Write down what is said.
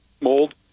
mold